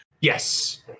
Yes